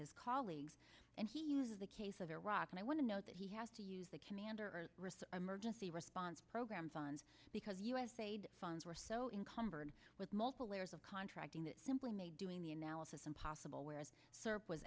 his colleagues and he uses the case of iraq and i want to note that he has to use the commander emergency response program funds because usaid funds were so in cumbered with multiple layers of contracting that simply made doing the analysis impossible where